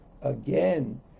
again